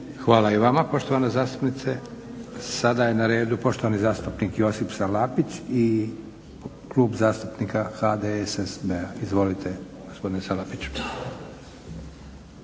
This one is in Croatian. Hvala i vama poštovana zastupnice. Sada je na redu poštovani zastupnik Josip Salapić i Klub zastupnika HDSSB-a. Izvolite poštovani zastupniče.